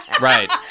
Right